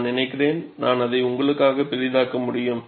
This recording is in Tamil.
நான் நினைக்கிறேன் நான் அதை உங்களுக்காக பெரிதாக்க முடியும்